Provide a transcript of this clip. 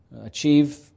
achieve